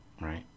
right